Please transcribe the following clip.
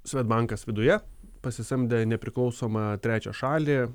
svedbankas viduje pasisamdę nepriklausomą trečią šalį